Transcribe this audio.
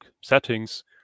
settings